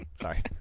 sorry